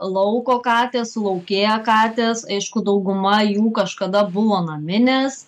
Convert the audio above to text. lauko katės sulaukėję katės aišku dauguma jų kažkada buvo naminės